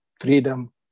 freedom